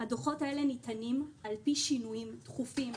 הדוחות האלה ניתנים על פי שינויים תכופים,